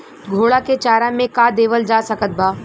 घोड़ा के चारा मे का देवल जा सकत बा?